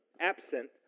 absent